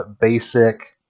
basic